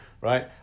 Right